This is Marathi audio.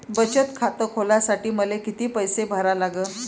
बचत खात खोलासाठी मले किती पैसे भरा लागन?